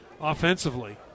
offensively